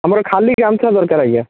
ଆମର ଖାଲି ଗାମୁଛା ଦରକାର ଆଜ୍ଞା